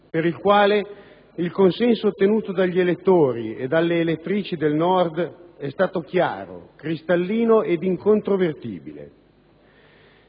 per il quale il consenso ottenuto dagli elettori e dalle elettrici del Nord è stato chiaro, cristallino ed incontrovertibile,